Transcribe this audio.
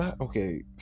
Okay